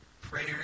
prayer